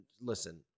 listen